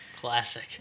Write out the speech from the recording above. Classic